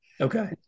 Okay